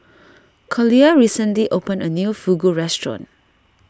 Collier recently opened a new Fugu restaurant